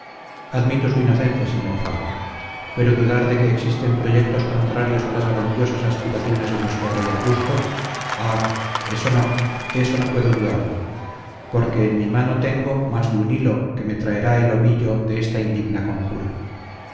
admito su inocencia sr fago pero dudar de que existen proyectos contrarios a las grandiosas aspiraciones de nuestro rey augusto ah eso no eso no puedo dudarlo porque en mi mano tengo más de un hilo que me traerá el ovillo de esta indigna conjura